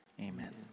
Amen